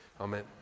Amen